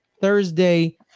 Thursday